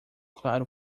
claro